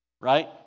Right